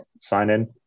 sign-in